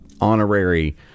honorary